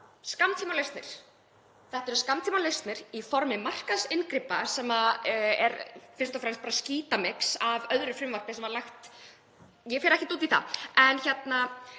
skammtímalausnir. Þetta eru skammtímalausnir í formi markaðsinngripa sem er fyrst og fremst bara skítamix úr öðru frumvarpi sem var lagt — ég fer ekkert út í það.